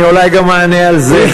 אני אולי גם אענה על זה,